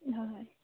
হয় হয়